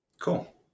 Cool